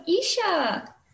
Isha